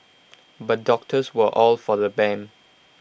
but doctors were all for the ban